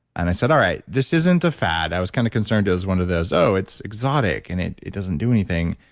and i said, all right, this isn't a fad. i was kind of concerned it was one of those, oh, it's exotic, and it it doesn't do anything.